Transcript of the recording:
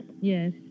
Yes